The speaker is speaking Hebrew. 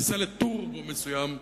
בכניסה לטורבו מסוים,